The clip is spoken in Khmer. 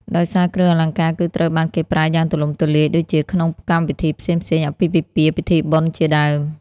ដោយសារគ្រឿងអលង្ការគឺត្រូវបានគេប្រើយ៉ាងទូលំទូលាយដូចជាក្នងកម្មវិធីផ្សេងៗ អាពាហ៍ពិពាហ៍ ពិធីបុណ្យជាដើម។